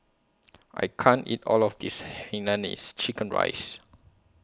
I can't eat All of This Hainanese Chicken Rice